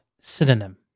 Synonym